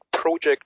project